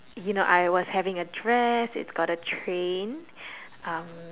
you know I was having a dress it's got a train um